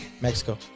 Mexico